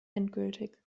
endgültig